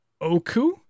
Oku